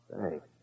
Thanks